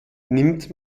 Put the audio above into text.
nimmt